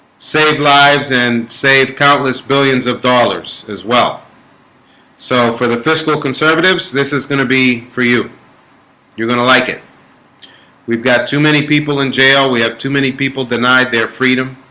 save lives and save countless billions of dollars as well so for the fiscal conservatives, this is going to be for you you're gonna like it we've got too many people in jail we have too many people denied their freedom